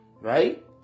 right